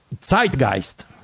zeitgeist